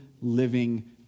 living